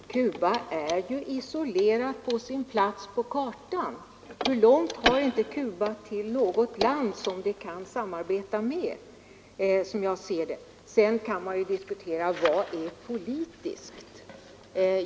Herr talman! Cuba är ju isolerat på sin plats på kartan. Hur långt har inte Cuba till något land som det kan samarbeta med? Sedan kan man diskutera vad som är politiskt.